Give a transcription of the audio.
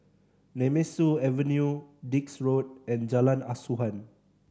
Nemesu Avenue Dix Road and Jalan Asuhan